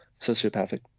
sociopathic